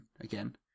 again